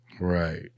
Right